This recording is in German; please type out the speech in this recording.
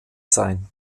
sein